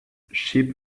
ship